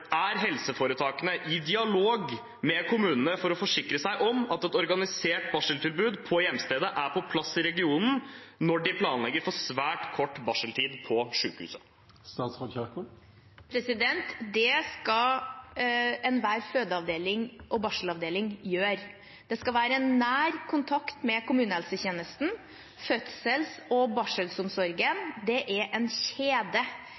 Er helseforetakene i dialog med kommunene for å forsikre seg om at et organisert barseltilbud på hjemstedet er på plass i regionen når de planlegger for svært kort barseltid på sykehuset? Det skal enhver føde- og barselavdeling gjøre. Det skal være nær kontakt med kommunehelsetjenesten. Fødsels- og barselomsorgen er en kjede.